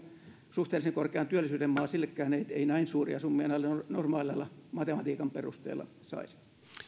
suhteellisen korkean työllisyyden maa ei näin suuria summia normaaleilla matematiikan perusteilla saisi